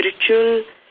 spiritual